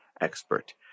expert